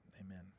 Amen